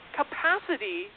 capacity